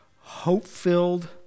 hope-filled